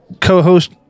co-host